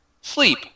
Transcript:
sleep